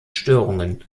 störungen